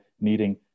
needing